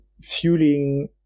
fueling